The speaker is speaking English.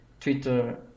Twitter